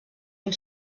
une